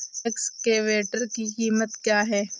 Excavator की कीमत क्या है?